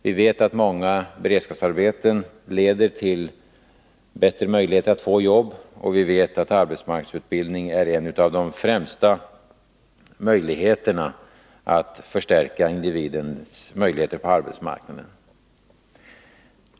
Vi vet att många beredskapsarbeten leder till bättre möjligheter att få jobb, och vi vet att arbetsmarknadsutbildning är en av de främsta möjligheterna att förstärka individens möjligheter på arbetsmarknaden.